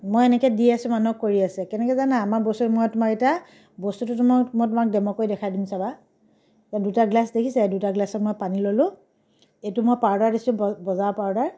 মই এনেকৈ দি আছো মানুহক কৰি আছে কেনেকৈ জানা আমাৰ বস্তুটো মই তোমাক এতিয়া বস্তুটো তোমাক মই তোমাক ডেম' কৰি দেখাই দিম চাবা ইয়াত দুটা গিলাচ দেখিছা দুটা গিলাচত মই পানী ল'লোঁ এইটো মই পাউডাৰ দিছোঁ বজাৰৰ পাউডাৰ